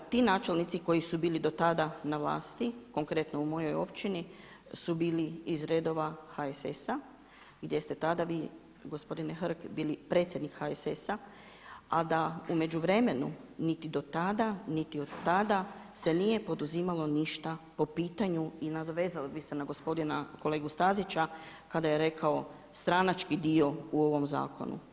Ti načelnici koji su bili do tada na vlasti, konkretno u mojoj općini su bili iz redova HSS-a gdje ste tada vi gospodine Hrg bili predsjednik HSS-a a da u međuvremenu niti do tada niti od tada se nije poduzimalo ništa po pitanju i nadovezala bih se na gospodina kolegu Stazića kada je rekao stranački dio u ovom zakonu.